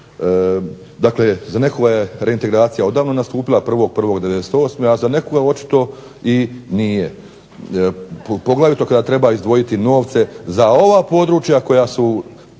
Dakle, za nekoga je reintegracija odavno nastupila 01.01.'98., a za nekoga očito i nije. Poglavito kada treba izdvojiti novce za ova područja koja su